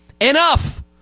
Enough